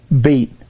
beat